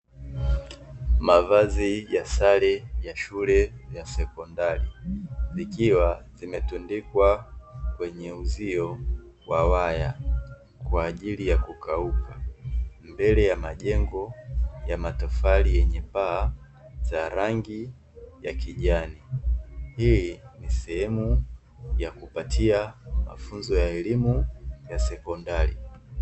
Mavazi ya sare ya shule ya sekondari, zikiwa zimetundikwa kwenye uzio wa waya kwa ajili ya kukauka mbele ya majengo ya matofali yenye paa za rangi ya kijani, hii ni sehemu ya kupatia mafunzo ya elimu ya sekondari.